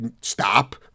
stop